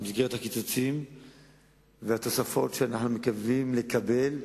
במסגרת הקיצוצים והתוספות שאנחנו מקווים לקבל,